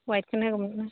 वाइटखौनो नांगौ ना